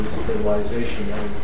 stabilization